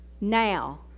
Now